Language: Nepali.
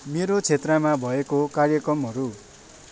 मेरो क्षेत्रमा भएको कार्यक्रमहरू